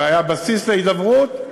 והיה בסיס להידברות,